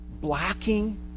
blocking